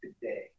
today